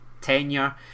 tenure